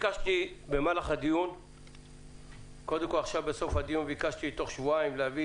בסוף הדיון ביקשתי בתוך שבועיים להביא